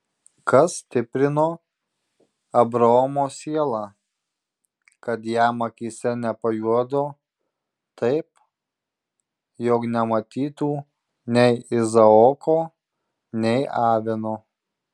kas stiprino abraomo sielą kad jam akyse nepajuodo taip jog nematytų nei izaoko nei avino